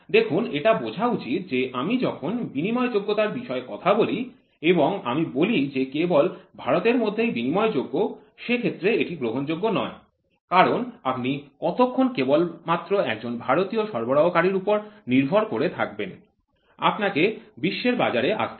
দেখুন এটা বোঝা উচিত যে আমি যখন বিনিময়যোগ্যতার বিষয়ে কথা বলি এবং আমি বলি যে কেবল ভারতের মধ্যেই বিনিময়যোগ্য সে ক্ষেত্রে এটি গ্রহণযোগ্য নয় কারণ আপনি কতক্ষণ কেবল মাত্র একজন ভারতীয় সরবরাহকারীর উপরে নির্ভরশীল থাকবেন আপনাকে বিশ্বের বাজারে আসতে হবে